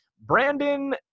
Brandon